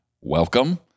welcome